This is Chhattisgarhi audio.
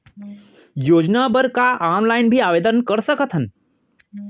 योजना बर का ऑनलाइन भी आवेदन कर सकथन?